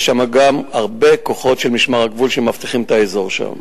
שיש שם גם הרבה כוחות של משמר הגבול שמאבטחים את האזור שם.